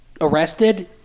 arrested